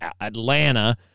Atlanta